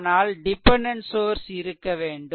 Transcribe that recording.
ஆனால் dependent source இருக்க வேண்டும்